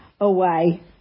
away